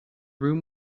room